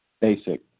Basic